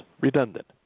redundant